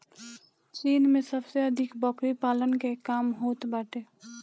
चीन में सबसे अधिक बकरी पालन के काम होत बाटे